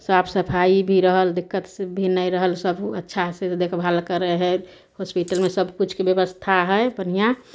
साफ सफाइ भी रहल दिक्कत भी नहि रहल सब उ अच्छासँ देखभाल करय हइ हॉस्पिटलमे सबकिछुके व्यवस्था हइ बढ़िआँ